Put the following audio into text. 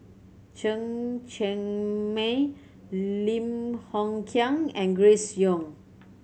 Chen Cheng Mei Lim Hng Kiang and Grace Young